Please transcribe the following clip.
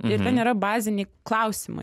ir ten yra baziniai klausimai